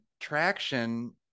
traction